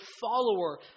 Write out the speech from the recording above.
follower